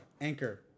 Anchor